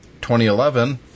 2011